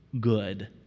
good